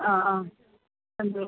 ആ ആ രണ്ട്